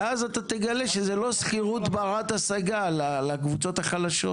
ואז אתה תגלה שזה לא שכירות ברת השגה לקבוצות החלשות,